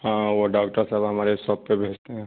ہاں وہ ڈاکٹر صاحب ہمارے شاپ پہ بھیجتے ہیں